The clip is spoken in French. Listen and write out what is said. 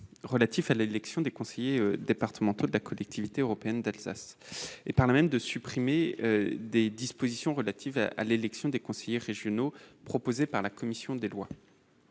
relatif à l'élection des conseillers départementaux de la Collectivité européenne d'Alsace et par là même supprimer des dispositions relatives à l'élection des conseillers régionaux introduites par la commission des lois.